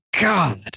God